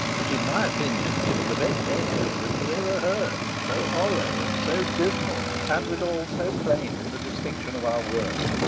which in my opinion gives the best echo that you ever heard, so hollow and so dismal, and withal so plain in the distinction of our words,